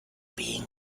being